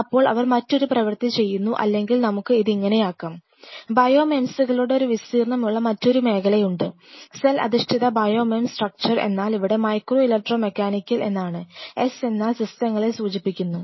അപ്പോൾ അവർ മറ്റൊരു പ്രവർത്തി ചെയ്യുന്നു അല്ലെങ്കിൽ നമുക്ക് ഇത് ഇങ്ങനെയാക്കാം ബയോ മെംസുകളുടെ ഒരു വിസ്തീർണ്ണമുള്ള മറ്റൊരു മേഖലയുണ്ട് സെൽ അധിഷ്ഠിത ബയോ മെംസ് സ്ട്രക്ചർ എന്നാൽ ഇവിടെ മൈക്രോ ഇലക്ട്രോ മെക്കാനിക്കൽ എന്നാണ് s എന്നാൽ സിസ്റ്റങ്ങളെ സൂചിപ്പിക്കുന്നു